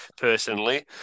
personally